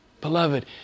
Beloved